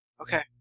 Okay